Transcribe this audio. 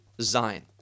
Zion